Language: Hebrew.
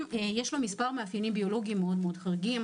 יש לו מספר מאפיינים ביולוגיים חריגים מאוד.